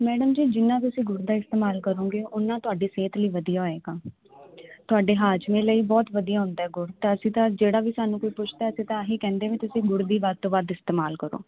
madam ji ਜਿੰਨਾ ਤੁਸੀਂ ਗੁੜ ਦਾ ਇਸਤੇਮਾਲ ਕਰੋਗੇ ਉਹਨਾਂ ਤੁਹਾਡੀ ਸਿਹਤ ਲਈ ਵਧੀਆ ਹੋਏਗਾ ਤੁਹਾਡੇ ਹਾਜ਼ਮੇ ਲਈ ਬਹੁਤ ਵਧੀਆ ਹੁੰਦਾ ਗੁੜ ਅਸੀਂ ਤਾਂ ਜਿਹੜਾ ਵੀ ਸਾਨੂੰ ਕੋਈ ਪੁੱਛਦਾ ਅਸੀਂ ਤਾਂ ਆਹੀ ਕਹਿੰਦੇ ਤੁਸੀਂ ਗੁੜ ਦੀ ਵੱਧ ਤੋਂ ਵੱਧ ਇਸਤੇਮਾਲ ਕਰੋ